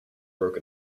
broke